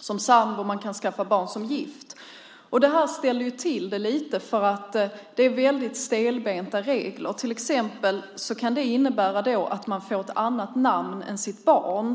som sambo, och man kan skaffa barn som gift. Det här ställer till det lite, för reglerna är väldigt stelbenta. Det kan till exempel innebära att man får ett annat namn än sitt barn.